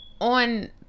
on